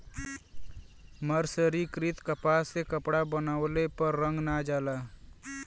मर्सरीकृत कपास से कपड़ा बनवले पर रंग ना जाला